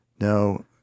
no